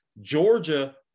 Georgia